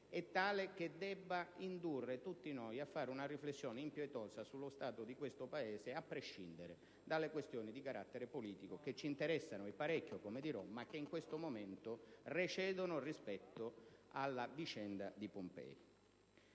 è tale che deve indurre tutti noi a fare una riflessione impietosa sullo stato di questo Paese, a prescindere dalle questioni di carattere politico che ci interessano, e parecchio, come dirò, ma che in questo momento recedono rispetto alla vicenda di Pompei.